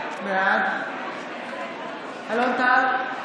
בעד אלון טל,